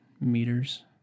meters